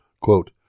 Quote